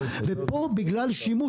ופה בגלל שימוש,